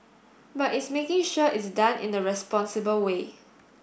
but it's making sure it's done in a responsible way